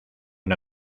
una